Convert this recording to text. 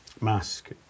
mask